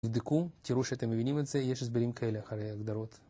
תבדקו, תראו שאתם מבינים את זה, יש הסברים כאלה אחרי הגדרות.